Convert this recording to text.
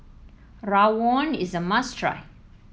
Rawon is a must try